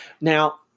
Now